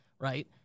right